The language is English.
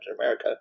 america